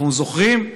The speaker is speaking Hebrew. אנחנו זוכרים.